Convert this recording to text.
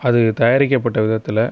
அது தயாரிக்கப்பட்ட விதத்தில்